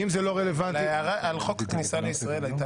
מ/1518.